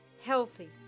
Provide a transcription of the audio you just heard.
healthy